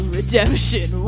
Redemption